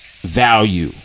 value